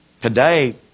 Today